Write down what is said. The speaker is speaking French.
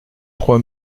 trois